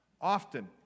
often